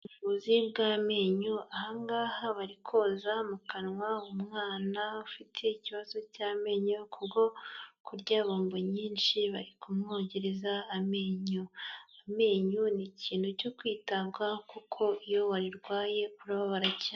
Ubuvuzi bw'amenyo, ahangaha bari koza mu kanwa umwana ufite ikibazo cy'amenyo kubwo kurya bombo nyinshi bari kumwogereza amenyo, amenyo ni ikintu cyo kwitabwaho kuko iyo warirwaye urababara cyane.